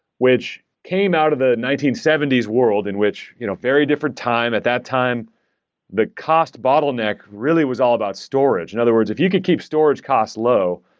which came out of the nineteen seventy s world, in which you know very different time. at that time the cost bottleneck really was all about storage. in other words, if you could keep storage costs low,